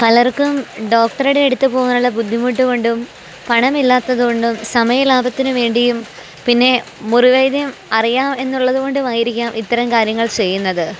പലർക്കും ഡോക്ടറുടെ അടുത്ത് പോകാനുള്ള ബുദ്ധിമുട്ട് കൊണ്ടും പണമില്ലാത്തതു കൊണ്ടും സമയ ലാഭത്തിനു വേണ്ടിയും പിന്നെ മുറിവൈദ്യം അറിയാം എന്നുള്ളതു കൊണ്ടുമായിരിക്കാം ഇത്തരം കാര്യങ്ങൾ ചെയ്യുന്നത്